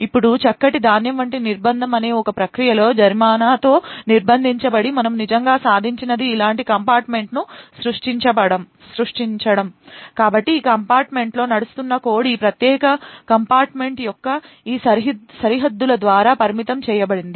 ఇప్పుడు చక్కటి ధాన్యం వంటి నిర్బంధం అనే ఒక ప్రక్రియలో జరిమానాతో నిర్బంధించబడి మనము నిజంగా సాధించినది ఇలాంటి కంపార్ట్మెంట్ను సృష్టించడం కాబట్టి ఈ కంపార్ట్మెంట్లో నడుస్తున్న కోడ్ ఈ ప్రత్యేక కంపార్ట్మెంట్ యొక్క ఈ సరిహద్దుల ద్వారా పరిమితం చేయబడింది